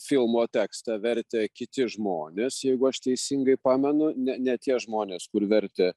filmo tekstą vertė kiti žmonės jeigu aš teisingai pamenu ne ne tie žmonės kur vertė